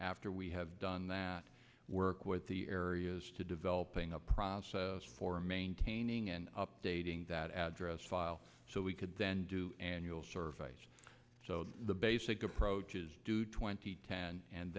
after we have done that work with the areas to developing a process for maintaining and updating that address file so we could then do annual surveys so the basic approach is do twenty two and